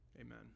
amen